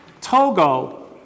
Togo